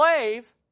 slave